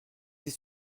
dit